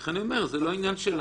לכן אני אומר: זה לא עניין שלנו,